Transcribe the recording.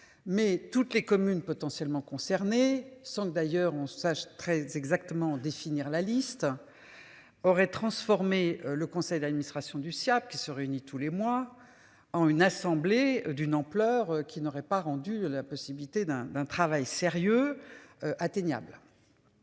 mais toutes les communes potentiellement concernés sans d'ailleurs on sache très exactement définir la liste. Aurait transformé le conseil d'administration du Siaap qui se réunit tous les mois. En une assemblée d'une ampleur qui n'aurait pas rendu la possibilité d'un d'un travail sérieux. Atteignable.